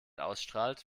ausstrahlt